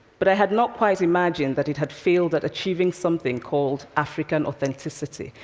but i had not quite imagined that it had failed at achieving something called african authenticity.